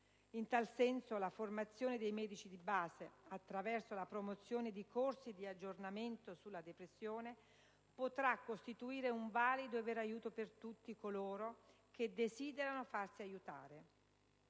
In tal senso, la formazione dei medici di base attraverso la formazione di corsi di aggiornamento sulla depressione potrà costituire un valido e vero aiuto per tutti coloro che desiderano farsi aiutare.